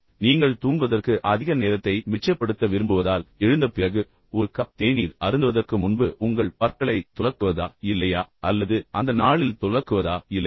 நீங்கள் தூங்குவதற்கு அதிக நேரத்தை மிச்சப்படுத்த விரும்புவதால் எழுந்த பிறகு ஒரு கப் தேநீர் அருந்துவதற்கு முன்பு உங்கள் பற்களைத் துலக்குவதா இல்லையா அல்லது அந்த நாளில் துலக்குவதா இல்லையா